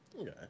Okay